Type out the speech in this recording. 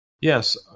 Yes